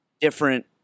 different